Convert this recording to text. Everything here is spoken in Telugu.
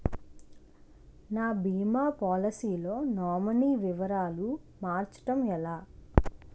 నా భీమా పోలసీ లో నామినీ వివరాలు మార్చటం ఎలా?